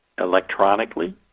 electronically